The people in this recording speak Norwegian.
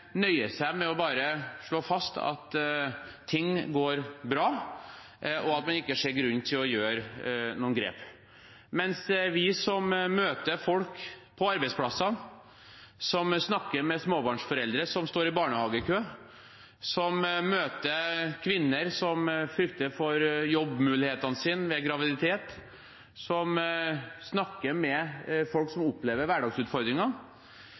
seg med å slå fast at ting går bra, og at man ikke ser grunn til å gjøre noen grep. Men vi som møter folk på arbeidsplassene, snakker med småbarnsforeldre som står i barnehagekø, møter kvinner som frykter for jobbmulighetene sine ved graviditet og snakker med folk som opplever hverdagsutfordringer,